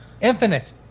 Infinite